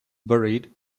buried